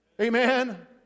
Amen